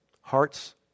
hearts